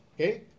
okay